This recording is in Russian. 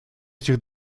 этих